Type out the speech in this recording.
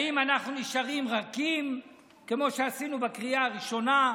האם אנחנו נשארים רכים כמו שעשינו בקריאה הראשונה,